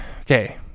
Okay